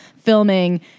filming